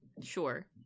sure